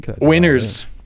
Winners